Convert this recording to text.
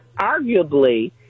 arguably